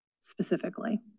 specifically